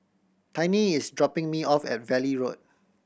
Tiny is dropping me off at Valley Road